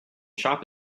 shop